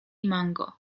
mango